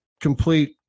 complete